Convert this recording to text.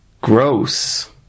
Gross